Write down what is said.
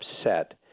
upset